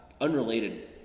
unrelated